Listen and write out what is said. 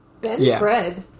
Benfred